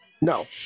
No